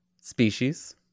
Species